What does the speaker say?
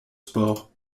sports